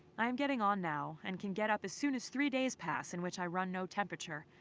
i'm getting on now and can get up as soon as three days pass in which i run no temperature.